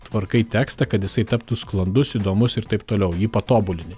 tvarkai tekstą kad jisai taptų sklandus įdomus ir taip toliau jį patobulini